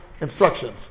instructions